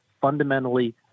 fundamentally